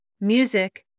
Music